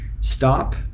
Stop